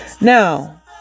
Now